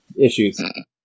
issues